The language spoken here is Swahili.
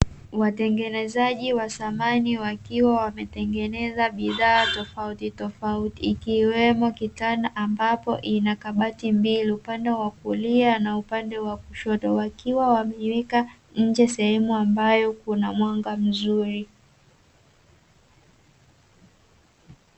Watengenezaji wa samani wakiwa wametengeneza bidhaa tofautitofauti ikiwemo: kitanda ambapo ina kabati mbili upande wa kulia na upande wa kushoto, wakiwa wameweka nje sehemu ambayo kuna mwanga mzuri.